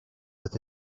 with